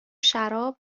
شراب